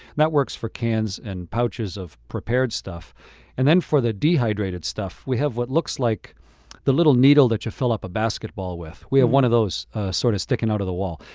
that works for cans and pouches of prepared stuff and then for the dehydrated stuff, we have what looks like the little needle that you fill up a basketball with. we have one of those sort of sticking out of the wall.